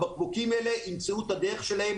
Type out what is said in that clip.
הבקבוקים האלה ימצאו את הדרך שלהם